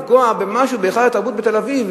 איך אפשר לפגוע בהיכל התרבות בתל-אביב,